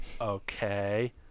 Okay